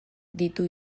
ditu